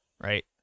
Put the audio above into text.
right